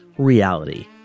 reality